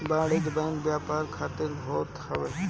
वाणिज्यिक बैंक व्यापार खातिर होत हवे